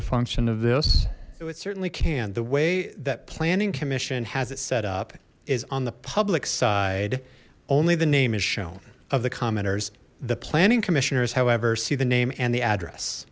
a function of this so it certainly can the way that planning commission has it set up is on the public side only the name is shown of the commenters the planning commissioners however see the name and the address